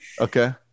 Okay